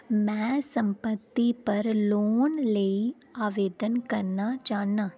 में संपत्ति पर लोन लेई आवेदन करना चाह्न्नां